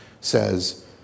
says